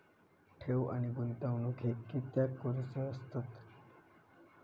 ठेव आणि गुंतवणूक हे कित्याक करुचे असतत?